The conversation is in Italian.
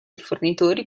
fornitori